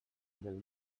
dels